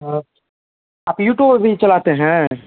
हाँ आप यूट्यूब अभी चलाते हैं